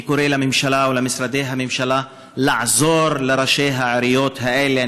אני קורא לממשלה ולמשרדי הממשלה לעזור לראשי העיריות האלה,